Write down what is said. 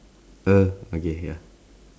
uh okay ya